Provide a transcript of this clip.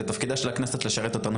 ותפקידה של הכנסת הוא לשרת אותנו,